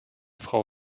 frau